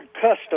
Custom